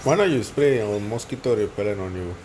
why not you spray a mosquito repellent on you